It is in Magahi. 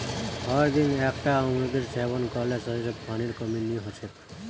हरदिन एकता अमरूदेर सेवन कर ल शरीरत पानीर कमी नई ह छेक